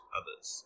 others